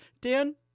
Dan